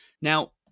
Now